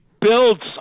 builds